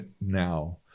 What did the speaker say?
now